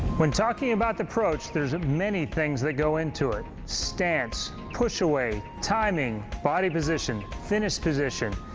when talking about the approach, there's many things that go into it, stance, push away, timing, body position, finish position.